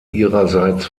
ihrerseits